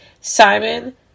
Simon